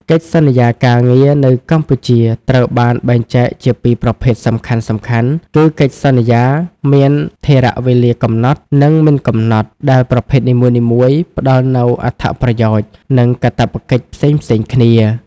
កិច្ចសន្យាការងារនៅកម្ពុជាត្រូវបានបែងចែកជាពីរប្រភេទសំខាន់ៗ គឺកិច្ចសន្យាមានថិរវេលាកំណត់ និងមិនកំណត់ ដែលប្រភេទនីមួយៗផ្តល់នូវអត្ថប្រយោជន៍ និងកាតព្វកិច្ចផ្សេងៗគ្នា។